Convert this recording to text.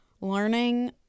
learning